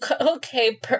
okay